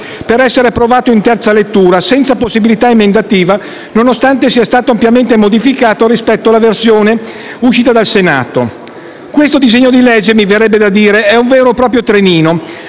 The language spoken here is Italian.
per essere approvato in seconda lettura, senza possibilità emendativa, nonostante sia stato ampiamente modificato rispetto alla versione uscita dal Senato. Questo disegno di legge, mi verrebbe da dire, è un vero e proprio «trenino»